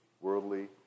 worldly